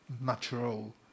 natural